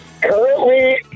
Currently